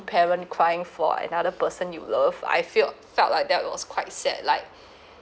parent crying for another person you love I felt felt like that was quite sad like